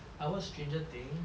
I watch stranger things